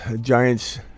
Giants